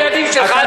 את הילדים שלך,